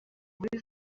muri